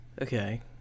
Okay